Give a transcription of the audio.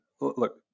Look